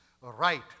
right